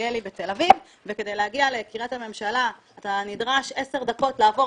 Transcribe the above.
בעזריאלי בתל אביב וכדי להגיע לקרית הממשלה אתה נדרש עשר דקות לעבור